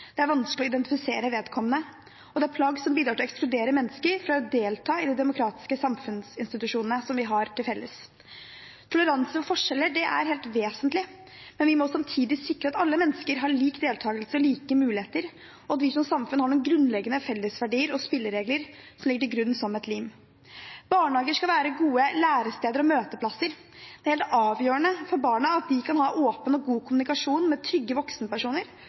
Det er vanskelig å identifisere vedkommende. Det er plagg som bidrar til å ekskludere mennesker fra å delta i de demokratiske samfunnsinstitusjonene vi har til felles. Toleranse for forskjeller er helt vesentlig, men vi må samtidig sikre at alle mennesker har lik deltakelse og like muligheter, og at vi som samfunn har noen grunnleggende fellesverdier og spilleregler som et lim. Barnehager skal være gode læresteder og møteplasser. Det er helt avgjørende for barna at de kan ha åpen og god kommunikasjon med trygge voksenpersoner.